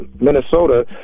minnesota